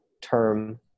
term